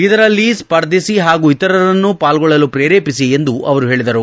ಇದರಲ್ಲಿ ಸ್ಪರ್ಧಿಸಿ ಹಾಗೂ ಇತರರನ್ನೂ ಪಾಲ್ಗೊಳ್ಳಲು ಪ್ರೇರೇಪಿಸಿ ಎಂದು ಅವರು ಹೇಳಿದರು